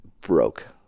broke